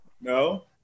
no